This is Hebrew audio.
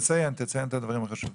(שקף: